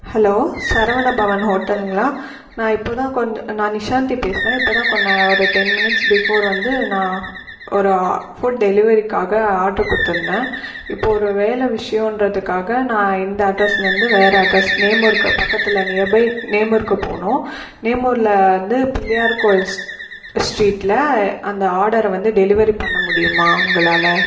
hello Saravana Bhavan ஹோட்டலுங்களா நான் இப்போ தான் கொஞ்சம் நான் நிஷாந்தி பேசுகிறேன் இப்போதுதான் கொஞ்ச ஒரு டென் மினிட்ஸ் பிஃபோர் வந்து நான் ஒரு ஆ ஃபுட் டெலிவரிக்காக ஆட்ரு கொடுத்துருந்தேன் இப்போது ஒரு வேலை விஷயோன்றதுக்காக நான் இந்த அட்ரஸ்லேருந்து வேற அட்ரஸ் நேம் இருக்கிற பக்கத்தில் நியர் பை நேமூருக்கு போகணும் நேமூரில் வந்து பிள்ளையார் கோயில் ஸ்டீ ஸ்ட்ரீட்டில் அந்த ஆடரை வந்து டெலிவரி பண்ண முடியுமா உங்களால்